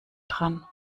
dran